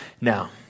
Now